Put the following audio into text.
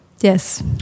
Yes